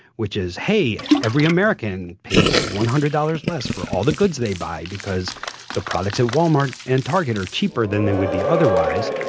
which is hey, every american pays one hundred dollars less for all the goods they buy because the products at walmart and target are cheaper than they would be otherwise.